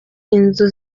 inzu